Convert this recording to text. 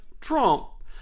Trump